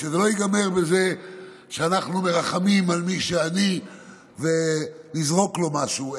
שזה לא ייגמר בזה שאנחנו מרחמים על מי שעני ונזרוק לו משהו,